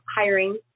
hiring